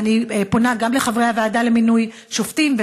ואני פונה גם לחברי הוועדה למינוי שופטים,